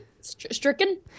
stricken